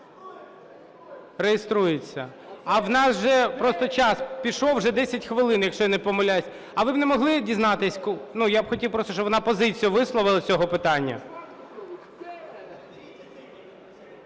Реєструється. А в нас вже просто час пішов, вже 10 хвилин, якщо я не помиляюсь. А ви б не могли дізнатися? Ну, я б хотів просто, щоб вона позицію висловила з цього питання.